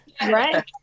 Right